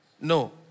No